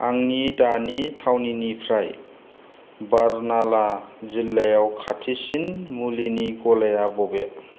आंनि दानि थावनिनिफ्राय बारनाला जिल्लायाव खाथिसिन मुलिनि गलाया बबे